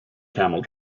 camel